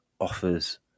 offers